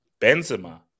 Benzema